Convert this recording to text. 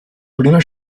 prima